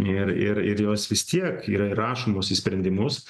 ir ir ir jos vis tiek yra įrašomos į sprendimus